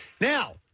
Now